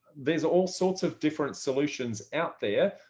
there's all sorts of different solutions out there.